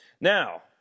Now